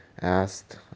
asked